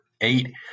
eight